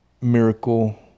miracle